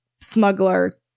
smuggler